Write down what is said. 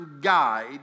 guide